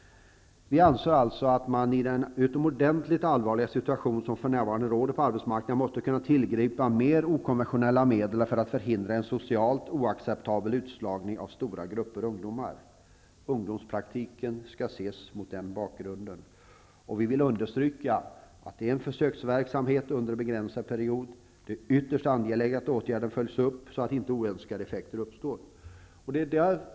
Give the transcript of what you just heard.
Vi anser alltså att man i den utomordentligt allvarliga situation som för närvarande råder på arbetsmarknaden måste kunna tillgripa mer okonventionella medel för att kunna förhindra en socialt oacceptabel utslagning av stora grupper ungdomar. Ungdomspraktiken skall ses mot den bakgrunden. Vi vill understryka att det är en försöksverksamhet under en begränsad period. Det är ytterst angeläget att åtgärden följs upp, så att inte oönskade effekter uppstår.